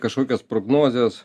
kažkokias prognozes